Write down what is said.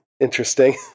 Interesting